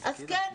זה יקר.